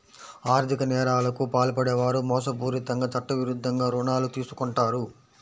ఆర్ధిక నేరాలకు పాల్పడే వారు మోసపూరితంగా చట్టవిరుద్ధంగా రుణాలు తీసుకుంటారు